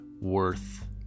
worth